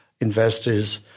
investors